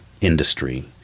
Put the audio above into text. industry